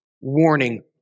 warning